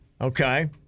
Okay